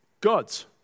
God's